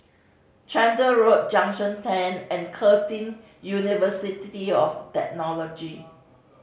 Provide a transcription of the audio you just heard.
Chander Road Junction Ten and Curtin University of Technology